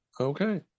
Okay